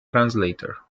translator